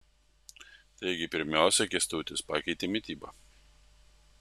taigi pirmiausiai kęstutis pakeitė mitybą